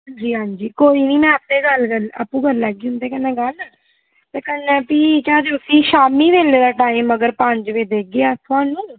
हांजी हांजी कोई निं में आपूं गल्ल आपूं करी लैगी उं'दे नै गल्ल ते कन्नै भी केह् आखदे उस्सी शामीं बेल्लै टाईम अगर पंज बजे देगे अस थुहान्नूं